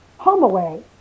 HomeAway